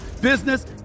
business